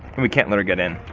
and we can't let her get in.